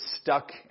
stuck